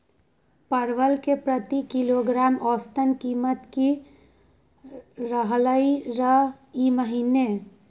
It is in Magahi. परवल के प्रति किलोग्राम औसत कीमत की रहलई र ई महीने?